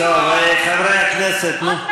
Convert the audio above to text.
עוד מעט, חברי הכנסת, נו.